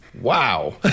Wow